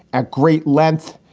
at great length.